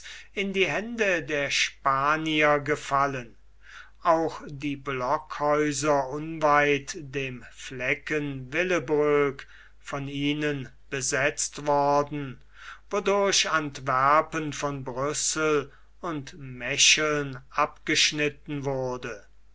in die hände der spanier gefallen auch die blockhäuser unweit dem flecken willebroek von ihnen besetzt worden wodurch antwerpen von brüssel und mecheln abgeschnitten wurde